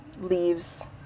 leaves